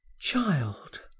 Child